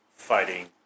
Fighting